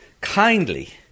kindly